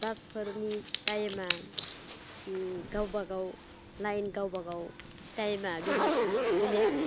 बासफोरनि टाइमआ गावबा गाव लाइन गावबा गाव टाइमा बेलेक बेलेक